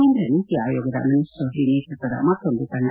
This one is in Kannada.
ಕೇಂದ್ರ ನೀತಿ ಆಯೋಗದ ಮನೀಷ್ ಚೌಧರಿ ನೇತೃತ್ವದ ಮತ್ತೊಂದು ತಂಡ